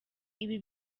ibi